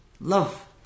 Love